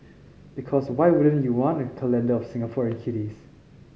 because why wouldn't you want a calendar of Singaporean kitties